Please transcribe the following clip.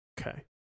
Okay